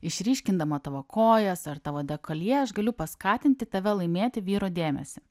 išryškindama tavo kojas ar tavo dekolje aš galiu paskatinti tave laimėti vyro dėmesį